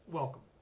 welcome